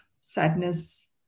sadness